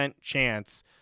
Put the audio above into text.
chance